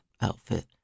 outfit